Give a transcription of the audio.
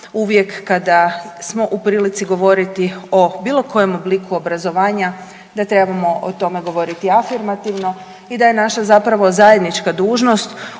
uvijek kada smo u prilici govoriti o bilo kojem obliku obrazovanja da trebamo o tome govoriti afirmativno i da je naša zapravo zajednička dužnost